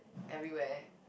everywhere